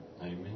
Amen